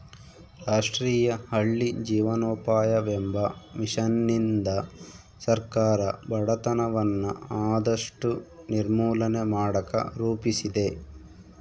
ರಾಷ್ಟ್ರೀಯ ಹಳ್ಳಿ ಜೀವನೋಪಾಯವೆಂಬ ಮಿಷನ್ನಿಂದ ಸರ್ಕಾರ ಬಡತನವನ್ನ ಆದಷ್ಟು ನಿರ್ಮೂಲನೆ ಮಾಡಕ ರೂಪಿಸಿದೆ